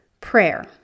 Prayer